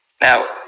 Now